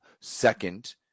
second